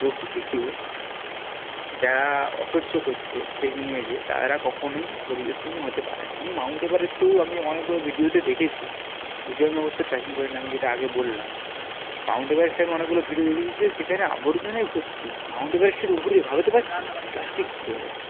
প্রকৃতিকে যারা অস্বচ্ছ করছে ট্রেকিংয়ে যেয়ে তারা কখনোই পরিবেশপ্রেমী হতে পারে না আমি মাউন্ট এভারেস্টেও আমি অনেকগুলো ভিডিওতে দেখেছি যদিও আমি অবশ্য ট্রেকিং করিনি আমি যেটা আগে বললাম মাউন্ট এভারেস্টের আমি অনেকগুলো ভিডিও দেখেছি যে সেখানে আবর্জনায় ভর্তি মাউন্ট এভারেস্টের উপরে ভাবতে পারছেন প্লাস্টিক পুরো হয়ে গেছে